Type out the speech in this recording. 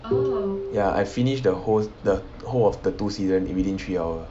ya I finished the whole the whole of the two season within three hours